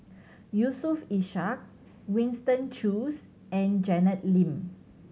Yusof Ishak Winston Choos and Janet Lim